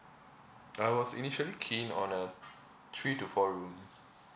I was initially keen on a three to four room